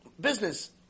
business